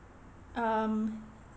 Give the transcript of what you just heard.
um